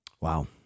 Wow